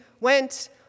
went